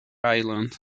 island